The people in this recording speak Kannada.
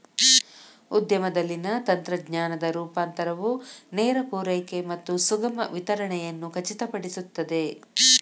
ಉದ್ಯಮದಲ್ಲಿನ ತಂತ್ರಜ್ಞಾನದ ರೂಪಾಂತರವು ನೇರ ಪೂರೈಕೆ ಮತ್ತು ಸುಗಮ ವಿತರಣೆಯನ್ನು ಖಚಿತಪಡಿಸುತ್ತದೆ